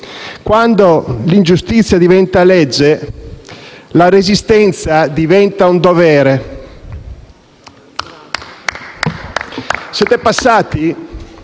«Quando l'ingiustizia diventa legge, la resistenza diventa un dovere». *(Applausi